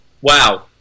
Wow